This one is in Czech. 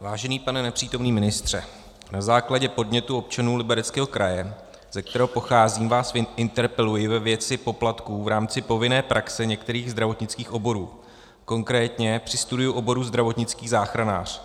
Vážený pane nepřítomný ministře, na základě podnětu občanů Libereckého kraje, ze kterého pocházím, vás interpeluji ve věci poplatků v rámci povinné praxe některých zdravotnických oborů, konkrétně při studiu zdravotnický záchranář.